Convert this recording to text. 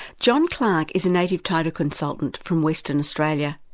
john clarke is a native title consultant from western australia.